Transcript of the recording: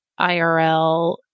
IRL